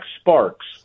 Sparks